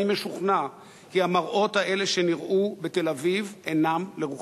אני משוכנע כי המראות האלה שנראו בתל-אביב אינם לרוחך.